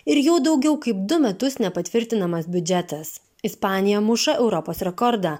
ir jau daugiau kaip du metus nepatvirtinamas biudžetas ispanija muša europos rekordą